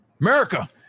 America